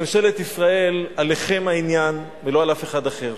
לממשלת ישראל, עליכם העניין ולא על אף אחד אחר.